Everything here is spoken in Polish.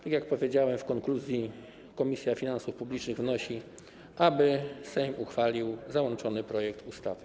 Tak jak powiedziałem, konkludując, Komisja Finansów Publicznych wnosi, aby Sejm uchwalił załączony projekt ustawy.